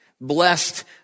Blessed